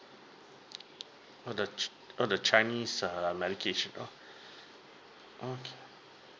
uh the chi~ uh the chinese err medication oh okay